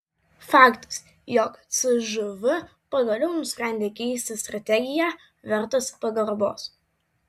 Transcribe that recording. faktas jog cžv pagaliau nusprendė keisti strategiją vertas pagarbos